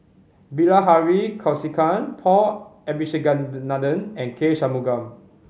Bilahari Kausikan Paul Abisheganaden and K Shanmugam